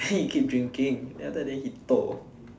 then he keep drinking then after that then he toh